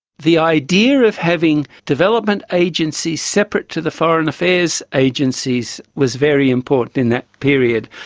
the idea of having development agencies separate to the foreign affairs agencies was very important in that period.